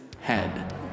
head